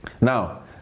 now